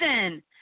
listen